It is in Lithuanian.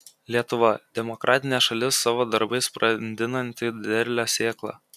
lietuva demokratinė šalis savo darbais brandinanti derlią sėklą